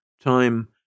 Time